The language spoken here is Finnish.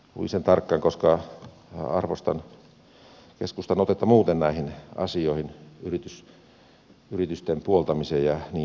luin sen tarkkaan koska arvostan keskustan otetta muuten näihin asioihin yritysten puoltamisessa ja niin poispäin